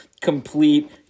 complete